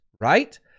right